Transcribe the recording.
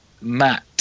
Matt